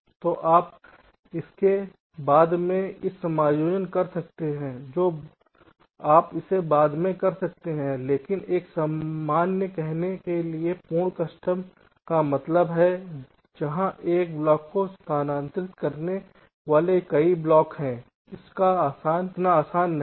तो आप इसे बाद में उन समायोजन कर सकते हैं जो आप इसे बाद में कर सकते हैं लेकिन एक सामान्य कहने के लिए पूर्ण कस्टम का मतलब है जहाँ एक ब्लॉक को स्थानांतरित करने वाले कई ब्लॉक हैं इतना आसान नहीं है